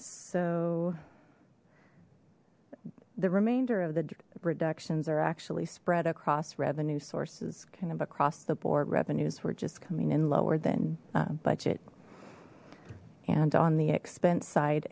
so the remainder of the reductions are actually spread across revenue sources kind of across the board revenues were just coming in lower than budget and on the expense side